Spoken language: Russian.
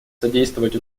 содействовать